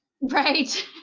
Right